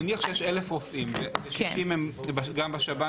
נניח שיש 1,000 רופאים ו-60% הם גם בשב"ן